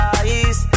eyes